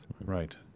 Right